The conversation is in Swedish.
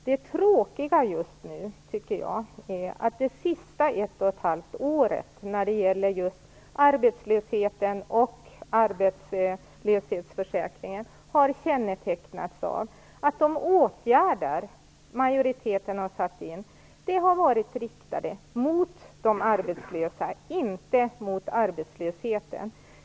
Det tråkiga när det gäller arbetslösheten och arbetslöshetsförsäkringen är, tycker jag, att det senaste ett och ett halvt året har kännetecknats av att de åtgärder som majoriteten har satt in har varit riktade mot de arbetslösa, inte mot arbetslösheten.